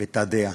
ואת הדעה.